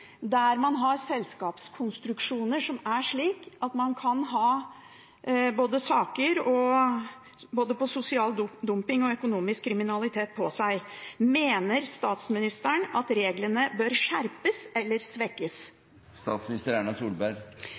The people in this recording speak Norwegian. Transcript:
der man har selskapskonstruksjoner som er slik at man kan ha saker om både sosial dumping og økonomisk kriminalitet på seg. Mener statsministeren at reglene bør skjerpes eller svekkes?